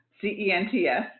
C-E-N-T-S